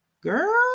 girl